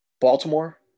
Baltimore